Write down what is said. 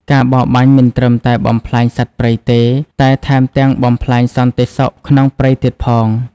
ការបរបាញ់មិនត្រឹមតែបំផ្លាញសត្វព្រៃទេ តែថែមទាំងបំផ្លាញសន្តិសុខក្នុងព្រៃទៀតផង។